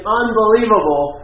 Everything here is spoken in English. unbelievable